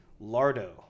lardo